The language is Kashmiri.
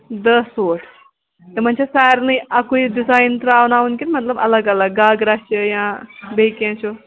دَہ سوٗٹ تِمن چھا سارِنےٕ اَکُے ڈِزایِن ترٛاوناوُن کِنہٕ مَطلب اَلَگ اَلَگ مَطلَب گاگرا چھُ یا بیٚہِ کینٛہہ چھُ